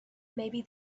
maybe